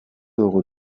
dugu